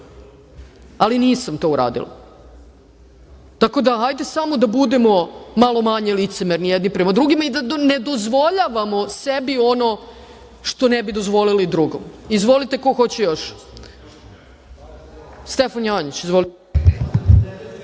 ali nisam to uradila. Tako hajde samo da budemo malo manje licemerni jedni prema drugima i da ne dozvoljavamo sebi ono što ne bi dozvolili drugom. Izvolite ko hoće još. Reč ima narodni